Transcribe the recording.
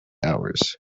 hours